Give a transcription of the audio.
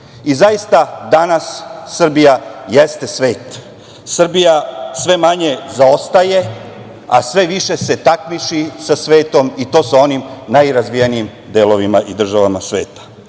Zaista, danas Srbija jeste svet. Srbija sve manje zaostaje, a sve više se takmiči sa svetom i to sa onim najrazvijenijim delovima i državama sveta. Srbija